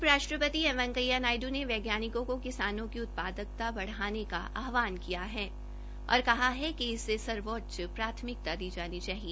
उप राष्ट्रपति एम वैंकेया नायड् ने वैज्ञानिकों को किसानों की उत्पादकता बढाने का आहवान किया है और कहा है कि इसे सर्वोच्च प्राथमिकता दी जानी चाहिए